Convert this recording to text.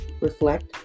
reflect